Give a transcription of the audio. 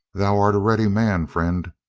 thou art a ready man, friend.